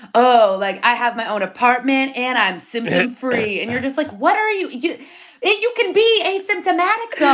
oh, like, i have my own apartment, and i'm symptom-free. and you're just like, what are you you you can be asymptomatic, ah